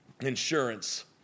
insurance